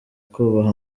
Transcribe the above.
kubaha